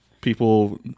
people